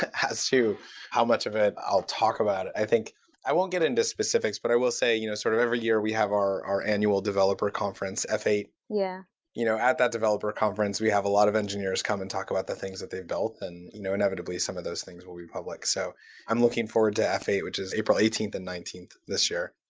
as to how much of it, i'll talk about it. i think i won't get into specifics, but i will say, you know sort of every year, we have our our annual developer conference f eight. yeah you know at that developer conference, we have a lot of engineers come and talk about the things that they've built, and you know inevitably. some of those things will be public. so i'm looking forward to f eight, which is april eighteenth and nineteenth this year.